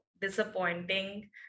disappointing